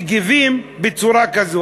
מגיבים בצורה כזאת?